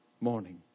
morning